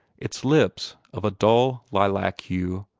its lips, of a dull lilac hue,